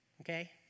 Okay